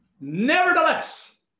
Nevertheless